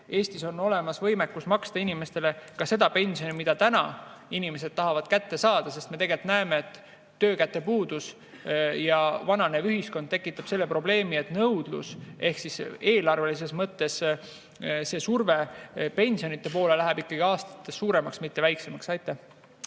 Eestil oleks olemas võimekus maksta inimestele seda pensioni, mida täna inimesed tahavad kätte saada, sest me tegelikult näeme, et töökäte puudus ja vananev ühiskond tekitavad probleemi, et nõudlus ehk eelarvelises mõttes surve pensionide suhtes läheb ikkagi aastatega suuremaks, mitte väiksemaks. Aitäh!